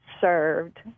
served